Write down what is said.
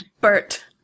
Bert